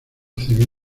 civil